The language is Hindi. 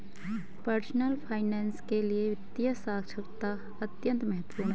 पर्सनल फाइनैन्स के लिए वित्तीय साक्षरता अत्यंत महत्वपूर्ण है